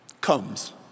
comes